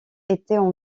étaient